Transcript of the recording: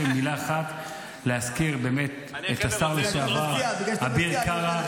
להזכיר את השר לשעבר אביר קארה,